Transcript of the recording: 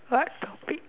what topic